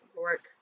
work